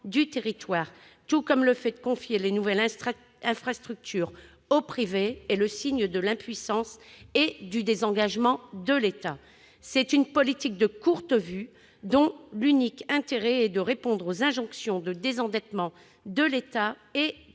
du territoire, tout comme le fait de confier les nouvelles infrastructures au privé, sont le signe de l'impuissance et du désengagement de l'État. C'est une politique de courte vue, dont l'unique vocation est de répondre aux injonctions de désendettement de l'État et